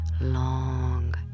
long